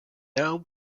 now